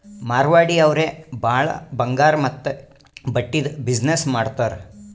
ಮಾರ್ವಾಡಿ ಅವ್ರೆ ಭಾಳ ಬಂಗಾರ್ ಮತ್ತ ಬಟ್ಟಿದು ಬಿಸಿನ್ನೆಸ್ ಮಾಡ್ತಾರ್